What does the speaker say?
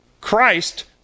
Christ